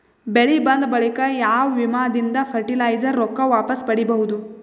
ಬೆಳಿ ಬಂದ ಬಳಿಕ ಯಾವ ವಿಮಾ ದಿಂದ ಫರಟಿಲೈಜರ ರೊಕ್ಕ ವಾಪಸ್ ಪಡಿಬಹುದು?